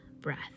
breath